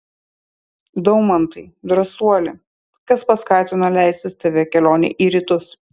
daumantai drąsuoli kas paskatino leistis tave kelionei į rytus